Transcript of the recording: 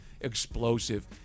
explosive